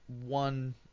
one